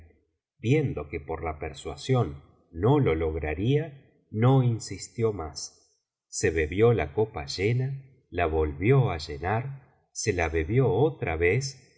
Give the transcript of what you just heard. viendo que por la persuasión no la lograría no insistió más se bebió la copa llena la volvió á llenar se la bebió otra vez